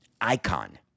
icon